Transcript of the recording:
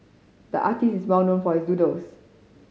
the artist is well known for his doodles